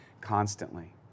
constantly